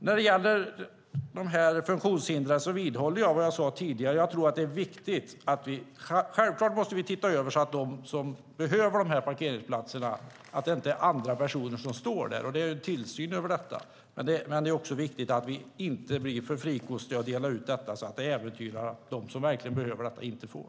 När det gäller de funktionshindrade vidhåller jag vad jag sade tidigare. Självklart måste vi se över detta så att de som behöver dessa parkeringsplatser får stå där och inte andra personer. Det måste ske en tillsyn över detta. Det är också viktigt att vi inte är för frikostiga med att dela ut tillstånd så att det äventyrar möjligheten för dem som verkligen behöver dessa platser.